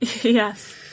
Yes